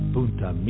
Punta